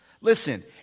Listen